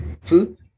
Food